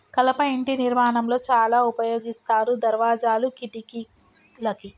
కలప ఇంటి నిర్మాణం లో చాల ఉపయోగిస్తారు దర్వాజాలు, కిటికలకి